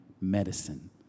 medicine